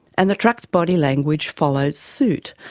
and the truck's body language followed suit,